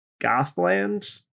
Gothland